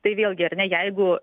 tai vėlgi ar ne jeigu